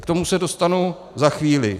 A k tomu se dostanu za chvíli.